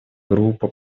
группа